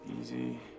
easy